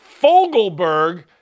Fogelberg